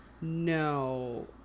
No